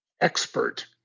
expert